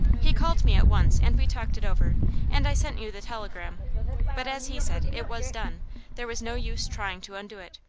he called me at once, and we talked it over and i sent you the telegram but as he said, it was done there was no use trying to undo it.